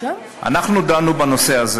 אנחנו דנו בנושא הזה